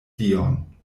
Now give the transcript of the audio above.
dion